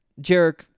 Jarek